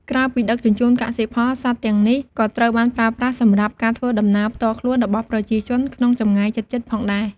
ក្រៅពីដឹកជញ្ជូនកសិផល សត្វទាំងនេះក៏ត្រូវបានប្រើប្រាស់សម្រាប់ការធ្វើដំណើរផ្ទាល់ខ្លួនរបស់ប្រជាជនក្នុងចម្ងាយជិតៗផងដែរ។